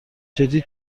جدی